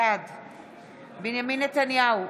בעד בנימין נתניהו,